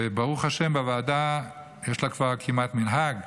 וברוך השם, לוועדה יש כבר כמעט מנהג,